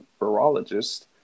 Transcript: virologist